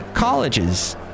colleges